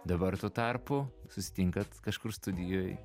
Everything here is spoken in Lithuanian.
dabar tuo tarpu susitinkat kažkur studijoj